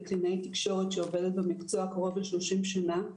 כקלינאית תקשורת שעובדת במקצוע קרוב ל-30 שנה,